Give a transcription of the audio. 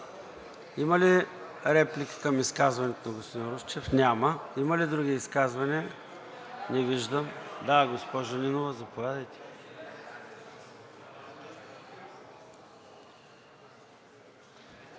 Има ли реплики към изказването на господин Русчев? Няма. Има ли други изказвания? Госпожо Нинова, заповядайте.